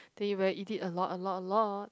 then you better eat it a lot a lot a lot